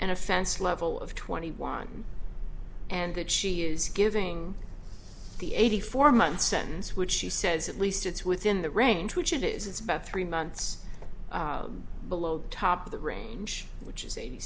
offense level of twenty one and that she is giving the eighty four month sentence which she says at least it's within the range which it is it's about three months below the top of the range which is eighty